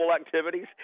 activities